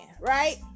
right